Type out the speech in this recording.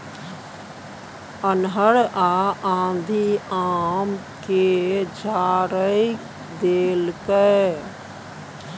अन्हर आ आंधी आम के झाईर देलकैय?